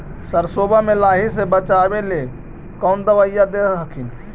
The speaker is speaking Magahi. सरसोबा मे लाहि से बाचबे ले कौन दबइया दे हखिन?